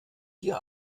hier